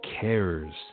cares